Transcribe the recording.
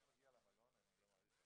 וכאן הוא מגיע למלון, ואני לא אאריך הרבה: